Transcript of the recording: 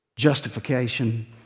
justification